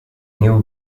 néo